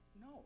No